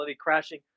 crashing